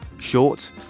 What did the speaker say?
short